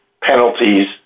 penalties